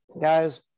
guys